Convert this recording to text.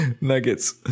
nuggets